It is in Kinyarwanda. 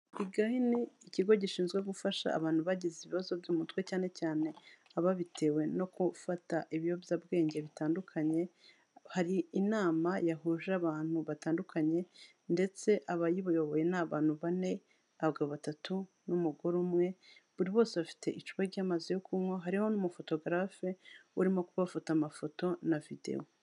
I Gahini, ikigo gishinzwe gufasha abantu bagize ibibazo by'umutwe cyane cyane ababitewe no gufata ibiyobyabwenge bitandukanye, hari inama yahuje abantu batandukanye ndetse abayiyoboye ni abantu bane, abagabo batatu n'umugore umwe, buri wese bafite icupa ry'amazi yo kunywa hariho n'umufotogarafe urimo kubafata amafoto na videwo.